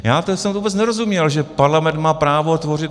Já jsem vůbec nerozuměl že Parlament má právo tvořit.